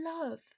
love